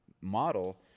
model